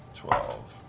twelve.